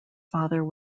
father